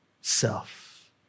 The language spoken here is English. self